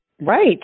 right